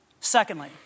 Secondly